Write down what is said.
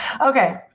Okay